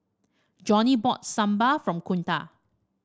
Johnny bought Sambar from Kunta